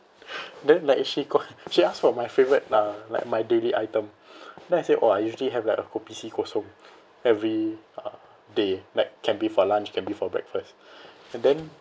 then like if she go she ask for my favourite uh like my daily item then I say oh I usually have like a kopi C kosong every uh day like can be for lunch can be for breakfast and then